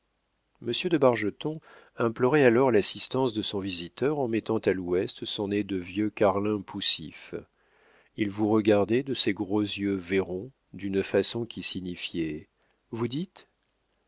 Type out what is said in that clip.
monsieur de bargeton implorait alors l'assistance de son visiteur en mettant à l'ouest son nez de vieux carlin poussif il vous regardait de ses gros yeux vairons d'une façon qui signifiait vous dites